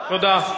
תודה, חבר הכנסת.